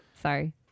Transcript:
sorry